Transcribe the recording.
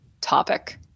topic